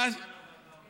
כמה זמן הוועדה עובדת?